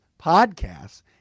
podcasts